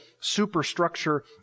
superstructure